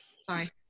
sorry